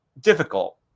Difficult